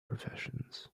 professions